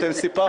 אתם סיפחתם מלא.